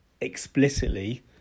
explicitly